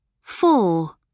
four